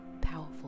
powerful